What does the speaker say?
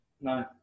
no